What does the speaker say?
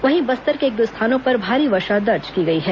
वहीं बस्तर के एक दो स्थानों पर भारी वर्षा दर्ज की गई है